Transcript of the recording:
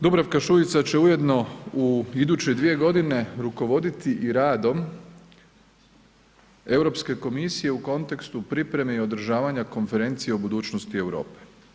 Dubravka Šuica će ujedno u iduće 2 godine rukovoditi i radom Europske komisije u kontekstu pripreme i održavanja konferencije o budućnosti Europe.